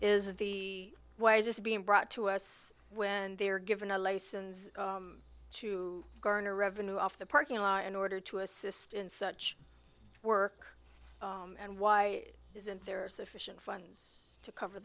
is the why is this being brought to us when they are given a license to garner revenue off the parking lot in order to assist in such work and why isn't there are sufficient funds to cover